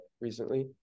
recently